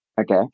okay